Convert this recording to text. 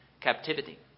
captivity